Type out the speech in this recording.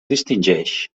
distingeix